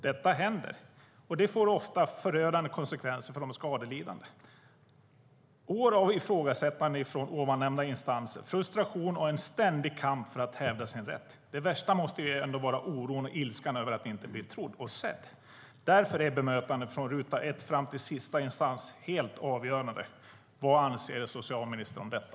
Detta händer, och det får ofta förödande konsekvenser för de skadelidande. Det blir år av ifrågasättanden från ovannämnda instanser, frustration och en ständig kamp för att hävda sin rätt. Det värsta måste ändå vara oron och ilskan över att inte bli trodd och sedd. Därför är bemötandet från ruta ett fram till sista instans helt avgörande. Vad anser socialministern om detta?